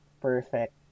perfect